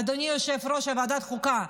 אדוני יושב-ראש ועדת חוקה,